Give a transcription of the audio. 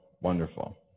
wonderful